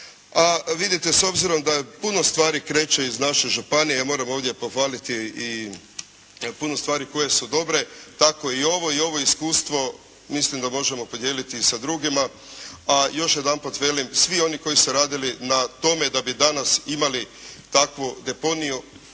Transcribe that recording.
A vidite, s obzirom da puno stvari kreće iz naše županije, ja moram ovdje pohvaliti i puno stvari koje su dobre. Tako i ovo iskustvo mislim da možemo podijeliti sa drugima, a još jedanput velim, svi oni koji su radili na tome da bi danas imali takvu deponiju,